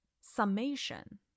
summation